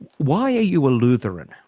why are you a lutheran?